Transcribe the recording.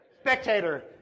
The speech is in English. spectator